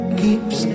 keeps